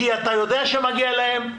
כי אתה יודע שמגיע להם,